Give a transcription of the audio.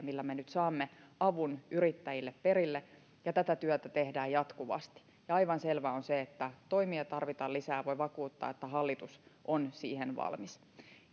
millä me nyt saamme avun yrittäjille perille ja tätä työtä tehdään jatkuvasti aivan selvää on se että toimia tarvitaan lisää ja voin vakuuttaa että hallitus on siihen valmis